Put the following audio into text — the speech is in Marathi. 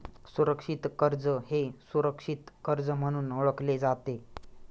सुरक्षित कर्ज हे सुरक्षित कर्ज म्हणून ओळखले जाते